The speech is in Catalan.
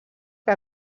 que